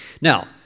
Now